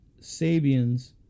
Sabians